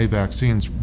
vaccines